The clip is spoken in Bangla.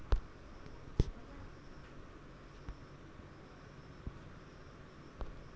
শস্য আবর্তন পদ্ধতি কি?